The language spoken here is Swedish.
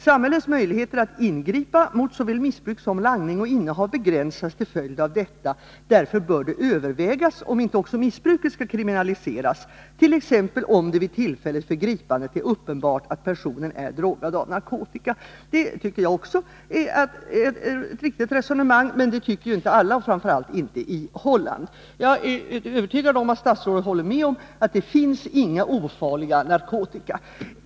Samhällets möjligheter att ingripa mot såväl missbruk som langning och innehav begränsas till följd av detta. Därför bör det övervägas om inte också missbruket skall kriminaliseras t.ex. om det vid tillfället för gripandet är uppenbart att personen är drogad av narkotika.” Också jag tycker att det är ett riktigt resonemang. Men det anser inte alla, och framför allt inte i Holland. Jag är övertygad om att statsrådet håller med om att det inte finns några ofarliga narkotika.